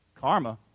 karma